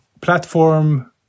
Platform